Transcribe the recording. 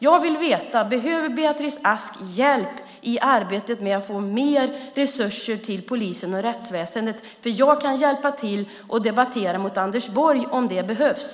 Jag vill veta: Behöver Beatrice Ask hjälp i arbetet med att få mer resurser till polisen och rättsväsendet? Jag kan hjälpa till och debattera mot Anders Borg om det behövs.